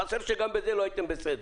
חסר לנו שגם בזה לא הייתם בסדר.